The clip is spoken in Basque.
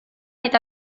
eta